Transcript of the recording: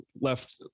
left